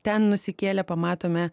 ten nusikėlę pamatome